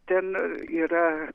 ten yra